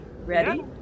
Ready